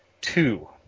two